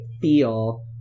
feel